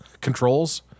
controls